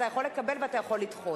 אתה יכול לקבל ואתה יכול לדחות.